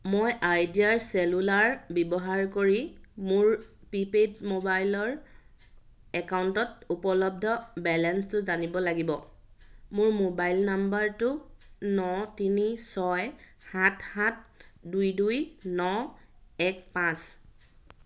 মই Idea cellular ব্যৱহাৰ কৰি মোৰ প্ৰিপেইড মোবাইলৰ একাউণ্টত উপলব্ধ বেলেন্সটো জানিব লাগিব মোৰ মোবাইল নম্বৰটো ন তিনি ছয় সাত সাত দুই দুই ন এক পাঁচ